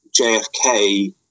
JFK